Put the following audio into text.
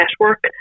network